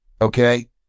okay